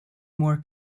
more